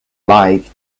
like